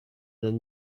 dann